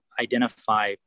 identify